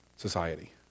society